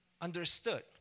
understood